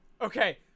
Okay